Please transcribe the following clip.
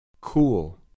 Cool